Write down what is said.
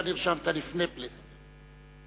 אתה נרשמת לפני חבר הכנסת פלסנר.